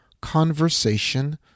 conversation